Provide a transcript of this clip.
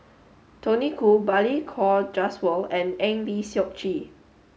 Tony Khoo Balli Kaur Jaswal and Eng Lee Seok Chee